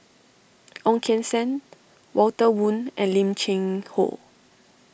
Ong Keng Sen Walter Woon and Lim Cheng Hoe